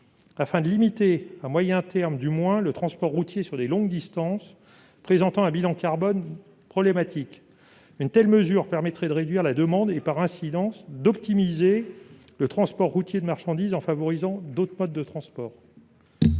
afin de limiter, à moyen terme du moins, le transport routier sur des longues distances, qui présente un bilan carbone problématique. Une telle mesure permettrait de réduire la demande de transport routier et, par incidence, d'optimiser le transport de marchandises en favorisant d'autres modes de transport.